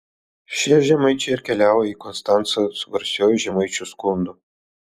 šie žemaičiai ir keliavo į konstancą su garsiuoju žemaičių skundu